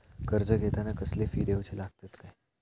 कर्ज घेताना कसले फी दिऊचे लागतत काय?